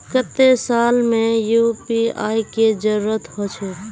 केते साल में यु.पी.आई के जरुरत होचे?